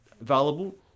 available